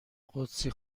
قدسی